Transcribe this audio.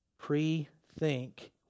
Pre-think